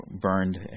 burned